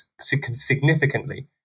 significantly